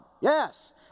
Yes